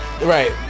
right